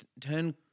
turn